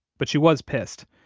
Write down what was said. but she was pissed.